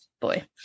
boy